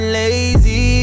lazy